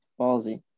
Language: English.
ballsy